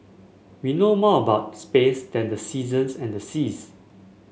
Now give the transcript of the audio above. we know more about space than the seasons and the seas